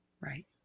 Right